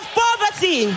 poverty